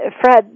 Fred